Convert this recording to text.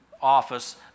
office